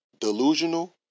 Delusional